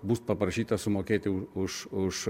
bus paprašyta sumokėti už už